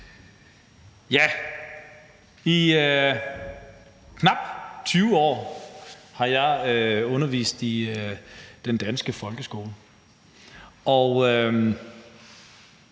det. I knap 20 år har jeg undervist i den danske folkeskole,